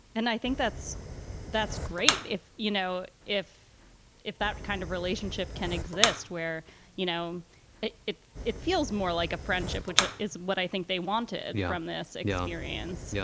and i think that's that's great. if, you know, if if that kind of relationship can exist where you know it, it it feels more like a friendship, which ah is what i think they wanted from this girl on your hands. yeah